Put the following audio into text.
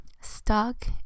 stuck